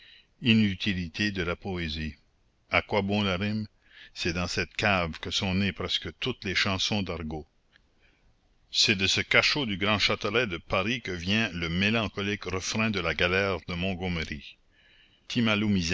inutilité de la poésie à quoi bon la rime c'est dans cette cave que sont nées presque toutes les chansons d'argot c'est de ce cachot du grand châtelet de paris que vient le mélancolique refrain de la galère de montgomery